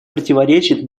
противоречит